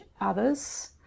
others